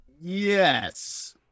Yes